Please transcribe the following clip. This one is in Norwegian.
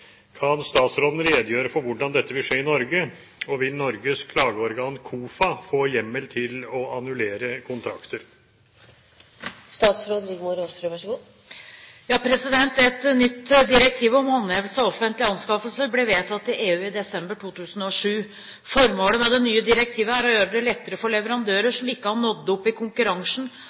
Kan statsråden redegjøre for hvordan dette skal skje i Norge, og vil Norges klageorgan, KOFA, få hjemmel til å annullere kontrakter?» Et nytt direktiv om håndhevelse av offentlige anskaffelser ble vedtatt i EU i desember 2007. Formålet med det nye direktivet er å gjøre det lettere for leverandører som ikke har nådd opp i konkurransen,